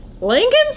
Lincoln